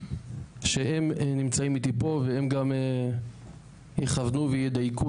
שהם נמצאים איתי פה והם גם יכוונו וידייקו